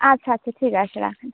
আচ্ছা আচ্ছা ঠিক আছে রাখলাম